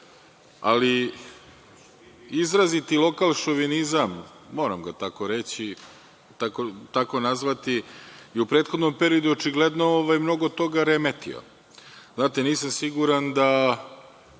ali izraziti lokal šovinizam, moram ga tako nazvati, je u prethodnom periodu očigledno mnogo toga remetio. Znate, nisam siguran, da